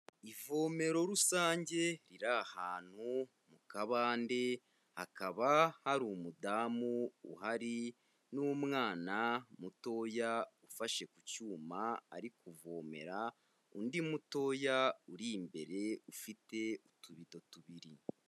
Ivomero rusange riri ahantu mu kabande hakaba hari umudamu uhari n'umwana mutoya ufashe ku cyuma ari kuvomera undi mutoya uri imbere ufite utubido tubiri.